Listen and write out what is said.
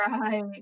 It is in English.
right